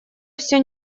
все